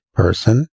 person